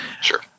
Sure